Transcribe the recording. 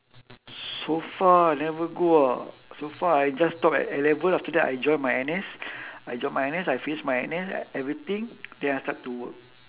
so far I never go ah so far I just stop at N-level after that I join my N_S I join my N_S I finish my N_S everything then I start to work